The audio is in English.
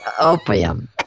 opium